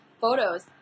photos